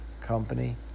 company